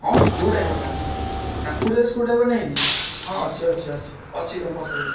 ହଁ ସ୍କ୍ରୁଡାଇଭର୍ ବା ଟାପୁଡ଼ିଆାରେ ସ୍କ୍ରୁଡ୍ରାଇଭର୍ ନାହିଁ କି ହଁ ଅଛି ଅଛି ଅଛି ଅଛି ତମେ ପଚାରିବ